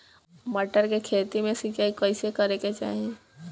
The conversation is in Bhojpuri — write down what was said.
मटर के खेती मे सिचाई कइसे करे के चाही?